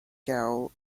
gaul